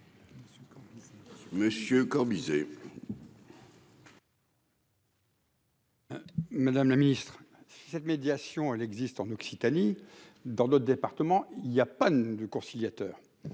Monsieur Corbizet. Madame la Ministre, cette médiation, elle existe en Occitanie dans d'autres départements, il y a pas de conciliateur